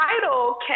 title